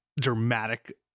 dramatic